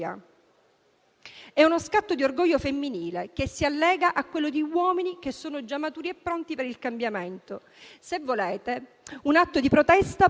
tema oggetto del provvedimento, anche in relazione ad alcuni interventi che mi hanno sollecitato.